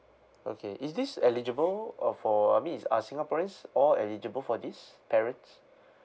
okay is this eligible or for I mean is are singaporeans all eligible for this parents